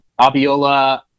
abiola